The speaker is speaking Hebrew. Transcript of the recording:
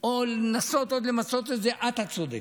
או לנסות עוד למצות את זה, את הצודקת,